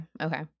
Okay